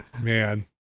Man